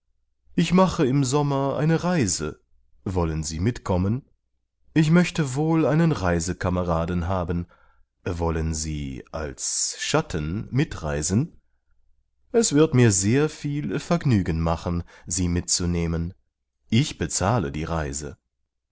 ich mache im sommer eine reise wollen sie mitkommen ich möchte wohl einen reisekameraden haben wollen sie als schatten mitreisen es wird mir sehr viel vergnügen machen sie mitzunehmen ich bezahle die reise